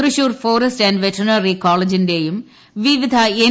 Thrissur forest and veterinary കോളേജിന്റെയും വിവിധ N